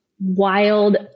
wild